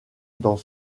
dans